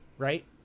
Right